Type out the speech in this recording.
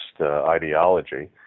ideology